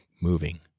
moving